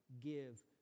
give